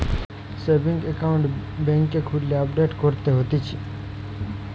savings account বেংকে খুললে update করতে হতিছে